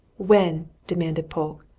when? demanded polke.